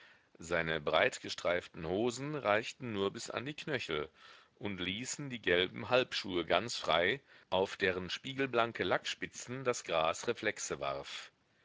seine breitgestreiften hosen reichten nur bis an die knöchel und ließen die gelben halbschuhe ganz frei auf deren spiegelblanke lackspitzen das gras reflexe warf